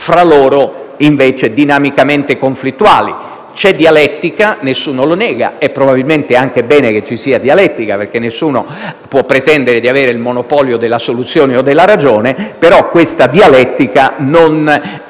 fra loro dinamicamente conflittuali. C'è dialettica (nessuno lo nega e probabilmente è anche bene che ci sia dialettica, perché nessuno può pretendere di avere il monopolio della soluzione o della ragione), ma questa dialettica non è